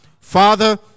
Father